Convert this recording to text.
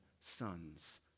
sons